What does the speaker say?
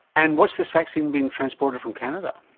and what is this vaccine being transported from canada?